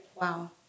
Wow